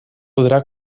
podrà